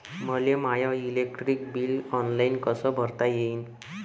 मले माय electric bill online कस भरता येईन?